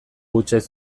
hutsez